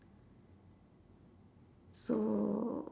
so